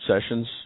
sessions